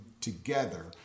together